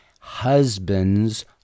husbands